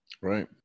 Right